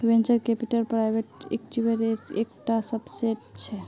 venture capital private इक्विटीर एक टा सबसेट छे